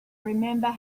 remember